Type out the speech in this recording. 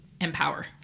empower